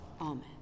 Amen